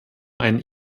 einen